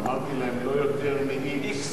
אמרתי להם: לא יותר מ-x.